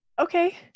okay